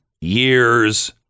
years